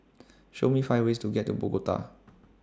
Show Me five ways to get to Bogota